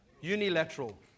Unilateral